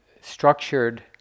structured